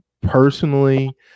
personally